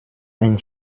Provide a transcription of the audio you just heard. ein